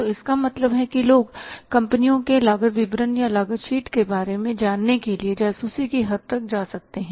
तो इसका मतलब है कि लोग कंपनियों के लागत विवरण या लागत शीट के बारे में जानने के लिए जासूसी की हद तक जा सकते हैं